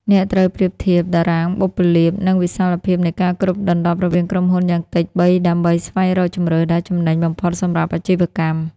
អ្នកត្រូវប្រៀបធៀប តារាងបុព្វលាភ និងវិសាលភាពនៃការគ្របដណ្ដប់រវាងក្រុមហ៊ុនយ៉ាងតិច ៣ ដើម្បីស្វែងរកជម្រើសដែលចំណេញបំផុតសម្រាប់អាជីវកម្ម។